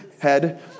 head